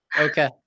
okay